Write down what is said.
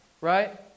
right